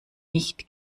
nicht